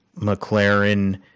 McLaren